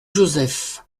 joseph